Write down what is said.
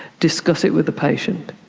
discuss it with the patient.